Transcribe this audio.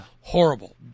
Horrible